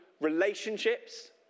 relationships